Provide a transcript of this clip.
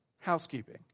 housekeeping